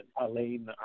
Alain